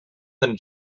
than